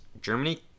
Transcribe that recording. Germany